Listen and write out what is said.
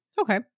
Okay